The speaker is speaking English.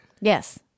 Yes